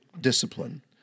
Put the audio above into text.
discipline